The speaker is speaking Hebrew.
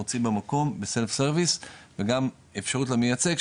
מוציא במקום ב- self service וגם אפשרות למייצג,